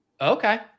Okay